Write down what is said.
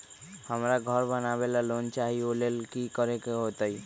हमरा घर बनाबे ला लोन चाहि ओ लेल की की करे के होतई?